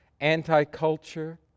anti-culture